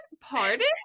Pardon